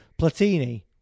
Platini